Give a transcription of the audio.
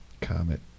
Comet